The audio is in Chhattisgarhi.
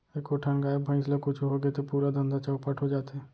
एको ठन गाय, भईंस ल कुछु होगे त पूरा धंधा चैपट हो जाथे